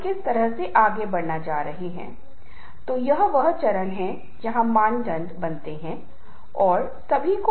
कितना समय कितने वाक्यों की जरूरत है सराहना के लिए